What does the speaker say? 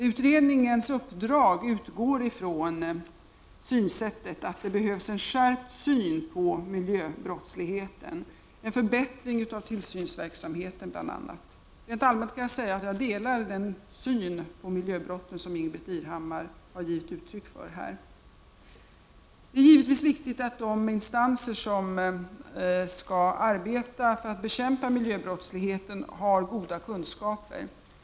Utredningens uppdrag utgår från synsättet att det behövs en skärpt syn på miljöbrottsligheten, bl.a. en förbättring av tillsynsverksamheten. Rent allmänt kan jag säga att jag delar den syn på miljöbrott som Ingbritt Irhammar har givit uttryck för här. Det är givetvis viktigt att de instanser som skall arbeta med att bekämpa miljöbrottsligheten har goda kunskaper.